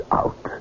out